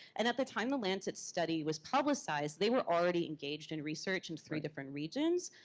and at the time the lancet study was publicized, they were already engaged in research in three different regions,